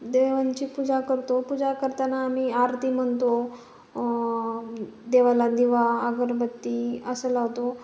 देवांची पूजा करतो पूजा करताना आम्ही आरती म्हणतो देवाला दिवा अगरबत्ती असं लावतो